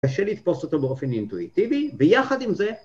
‫קשה לתפוס אותו באופן אינטואיטיבי, ‫ויחד עם זה...